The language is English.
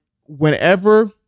Whenever